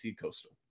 Coastal